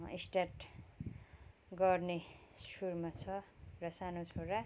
start गर्ने सुरमा छ र सानो छोरा